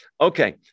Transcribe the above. Okay